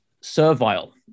servile